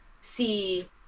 see